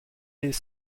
est